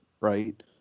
right